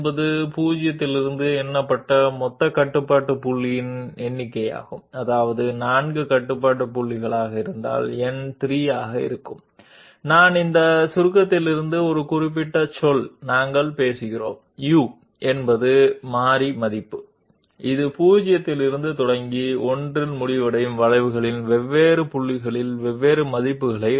n అనేది 0 నుండి లెక్కించబడిన మొత్తం కంట్రోల్ పాయింట్స్ నెంబర్ అంటే 4 కంట్రోల్ పాయింట్లు ఉంటేn అనేది 3 గా ఉంటుంది మనం మాట్లాడుతున్న సమ్మషన్లోని నిర్దిష్ట పదం i u అనేది వేరియబుల్ వ్యాల్యూ ఇది 0 నుండి మొదలై 1తో ముగిసే కర్వ్ పై వేర్వేరు పాయింట్ల వద్ద వేర్వేరు విలువలను తీసుకుంటుంది